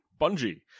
Bungie